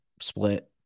split